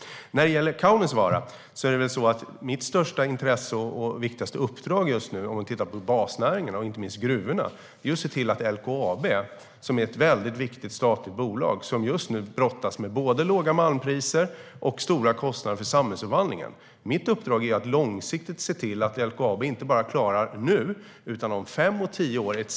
När det gäller Kaunisvaara är mitt största intresse och viktigaste uppdrag just nu - om vi tittar på basnäringarna och inte minst gruvorna - att se till att LKAB, som är ett viktigt statligt bolag som nu brottas med både låga malmpriser och stora kostnader för samhällsomvandlingen, klarar sig långsiktigt och är ett starkt bolag inte bara nu utan om fem eller tio år.